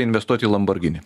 investuot į lamborgini